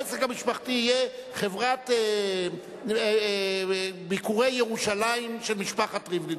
העסק המשפחתי יהיה "חברת ביקורי ירושלים" של משפחת ריבלין,